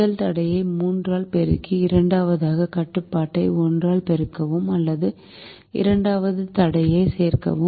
முதல் தடையை 3 ஆல் பெருக்கி இரண்டாவது கட்டுப்பாட்டை 1 ஆல் பெருக்கவும் அல்லது இரண்டாவது தடையைச் சேர்க்கவும்